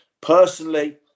personally